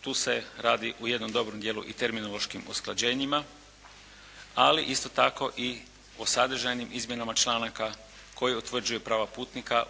tu se radi u jednom dobrom dijelu i terminološkim usklađenjima, ali isto tako i o sadržajnim izmjenama članaka koji utvrđuju prava putnika